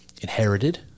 inherited